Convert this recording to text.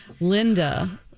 Linda